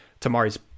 Tamari's